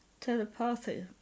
telepathy